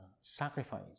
sacrifice